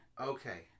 Okay